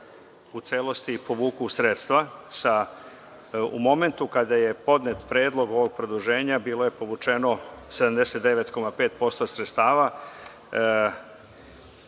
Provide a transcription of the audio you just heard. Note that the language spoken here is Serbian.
u celosti povuku sredstva. U momentu kada je podnet predlog ovog produženja bilo je povučeno 79,5% sredstava,